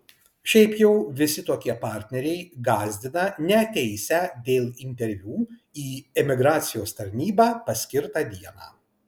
šiaip jau visi tokie partneriai gąsdina neateisią dėl interviu į emigracijos tarnybą paskirtą dieną